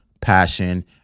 passion